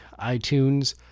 iTunes